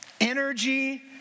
energy